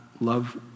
love